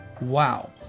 wow